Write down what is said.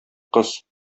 кыз